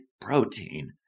protein